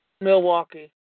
Milwaukee